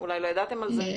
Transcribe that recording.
אולי לא ידעתם על זה.